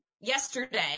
yesterday